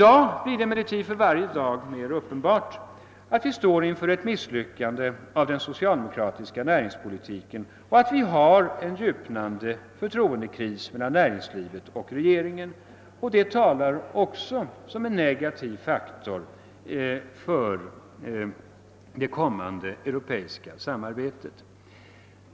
Det blir emellertid för varje dag som går alltmer uppenbart att vi står inför ett misslyckande av den socialdemokratiska näringspolitiken och att vi har en djupnande förtroendekris mellan näringslivet och re geringen. Även detta framstår som en negativ faktor för det kommande europeiska samarbetet.